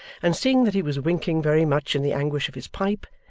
and seeing that he was winking very much in the anguish of his pipe,